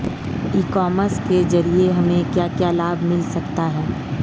ई commerce के ज़रिए हमें क्या क्या लाभ मिल सकता है?